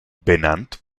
benannt